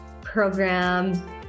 program